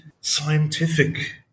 scientific